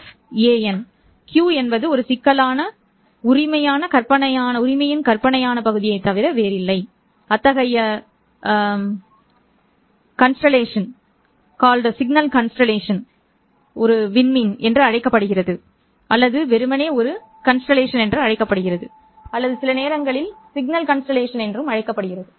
Q என்பது ஒரு சிக்கலான உரிமையின் கற்பனையான பகுதியைத் தவிர வேறில்லை அத்தகைய சதி ஒரு விண்மீன் சதி என்று அழைக்கப்படுகிறது அல்லது வெறுமனே ஒரு விண்மீன் என அழைக்கப்படுகிறது அல்லது சில நேரங்களில் சமிக்ஞை விண்மீன் என அழைக்கப்படுகிறது